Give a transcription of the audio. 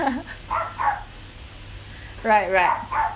right right